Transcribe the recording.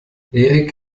erik